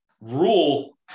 Rule